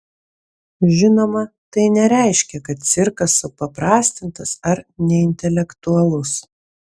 žinoma tai nereiškia kad cirkas supaprastintas ar neintelektualus